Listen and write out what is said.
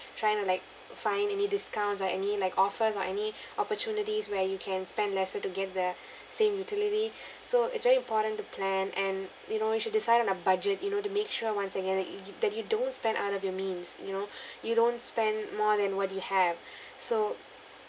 trying to like find any discounts or any like offers or any opportunities where you can spend lesser to get the same utility so it's very important to plan and you know you should decide on a budget you know to make sure once again that you that you don't spend out of your means you know you don't spend more than what you have so